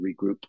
regroup